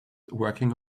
working